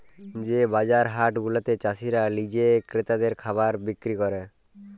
যে বাজার হাট গুলাতে চাসিরা লিজে ক্রেতাদের খাবার বিক্রি ক্যরে